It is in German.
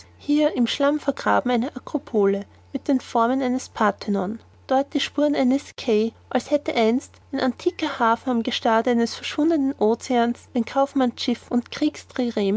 hier in schlamm vergraben eine akropole mit den formen eines parthenon dort die spuren eines quai als hätte einst ein antiker hafen am gestade eines verschwundenen oceans den kaufmannsschiffen und